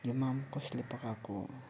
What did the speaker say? यो माम कसले पकाएको